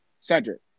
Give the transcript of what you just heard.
Cedric